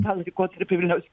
tą laikotarpį vilniaus